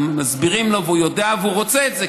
מסבירים לו והוא יודע והוא רוצה את זה,